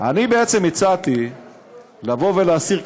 אני הצעתי לבוא ולהסיר,